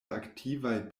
aktivaj